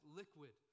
liquid